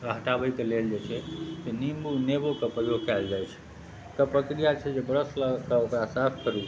के हटबैके लेल जे छै निंबू नेबोके प्रयोग कयल जाइत छै तऽ ओकर प्रक्रिआ छै जे ब्रश लऽ कऽ ओकरा साफ करैत छै